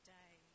day